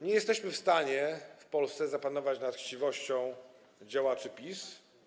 Nie jesteśmy w stanie w Polsce zapanować nad chciwością działaczy PiS.